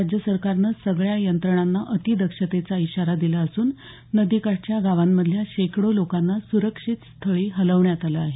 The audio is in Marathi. राज्य सरकारनं सगळ्या यंत्रणांना अतिदक्षतेचा इशारा दिला असून नदीकाठच्या गावांमधल्या शेकडो लोकांना सुरक्षित स्थळी हलवण्यात आलं आहे